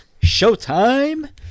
showtime